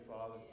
Father